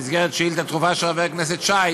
במסגרת שאילתה דחופה של חבר הכנסת שי